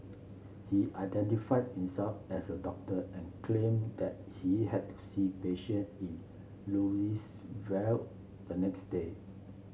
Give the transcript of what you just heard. he identified himself as a doctor and claim that he had to see patient in Louisville the next day